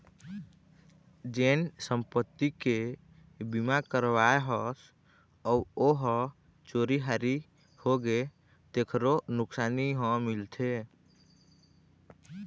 जेन संपत्ति के बीमा करवाए हस अउ ओ ह चोरी हारी होगे तेखरो नुकसानी ह मिलथे